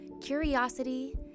curiosity